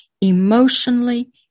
emotionally